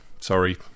sorry